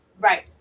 right